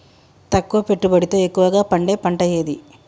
తక్కువ పెట్టుబడితో ఎక్కువగా పండే పంట ఏది?